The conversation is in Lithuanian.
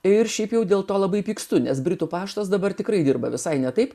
ir šiaip jau dėl to labai pykstu nes britų paštas dabar tikrai dirba visai ne taip